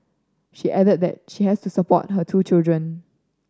she added that she has to support her two children